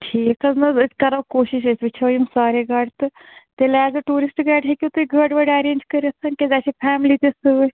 ٹھیٖک حظ نَہ حظ أسۍ کَرو کوٗشِش أسۍ وُچھو یِم سارے گاڑِ تہٕ تیٚلہِ ایز اےٚ ٹیٛوٗرِسٹہٕ گایِڈ ہیٚکِوٗ تُہۍ گٲڑۍ وٲڑۍ ایٚرینج کٔرِتھ کیٛازِ اسہِ چھِ فیملی تہِ سۭتۍ